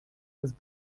was